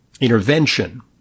intervention